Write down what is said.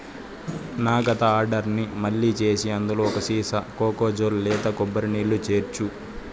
నా గత ఆర్డర్ని మళ్ళీ చేసి అందులో ఒక సీసా కోకోజల్ లేత కొబ్బరి నీళ్ళు చేర్చు